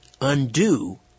undo